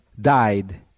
died